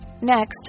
Next